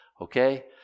Okay